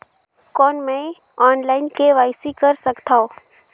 कौन मैं online KYC कर सकथव?